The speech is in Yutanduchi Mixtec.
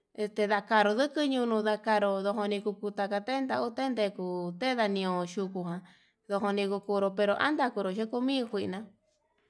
Este ndakaru nikui ñono ndakaro ndojoni kukuta takan ten tau tendeku ten, ndanio yukujan ndojoni kukuro pero anda yukuro yukumi njuina.